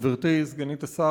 גברתי סגנית השר,